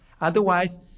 Otherwise